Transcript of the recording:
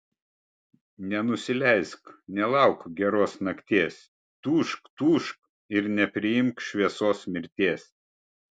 nenusileisk nelauk geros nakties tūžk tūžk ir nepriimk šviesos mirties